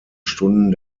stunden